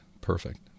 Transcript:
Perfect